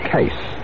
Case